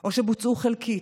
או שבוצעו חלקית.